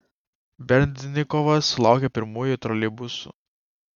berdnikovas sulaukė pirmųjų troleibusų